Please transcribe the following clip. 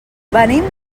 venim